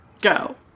go